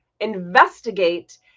investigate